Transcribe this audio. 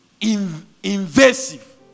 invasive